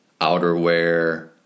outerwear